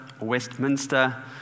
Westminster